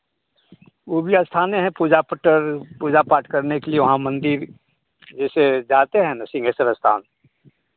वो भी स्थाने है पूजा पटर पूजा पाठ करने के लिए वहाँ मंदिर जैसे जाते हैं ना सिंहेश्वर स्थान